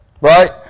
Right